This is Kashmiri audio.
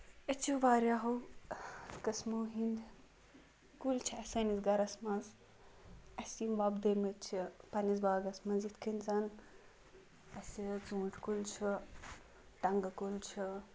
أسۍ چھِ واریاہو قٕسمَو ہِندۍ کُلۍ چھِ سٲنِس گرَس منٛز اَسہِ یِم وۄپدٲمٕتۍ چھِ پَنٕنِس باغس منٛز یِتھ کٔنۍ زن اَسہِ ژوٗنٹھۍ کُل چھُ ٹنگہٕ کُل چھُ